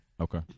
Okay